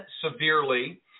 severely